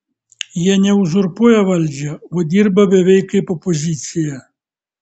jie ne uzurpuoja valdžią o dirba beveik kaip opozicija